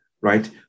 right